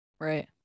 Right